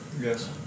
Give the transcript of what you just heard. yes